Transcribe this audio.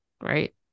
Right